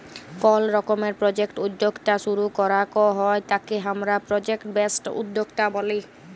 call রকমের project উদ্যক্তা শুরু করাক হ্যয় তাকে হামরা প্রজেক্ট বেসড উদ্যক্তা ব্যলি